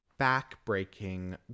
back-breaking